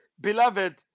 Beloved